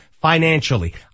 financially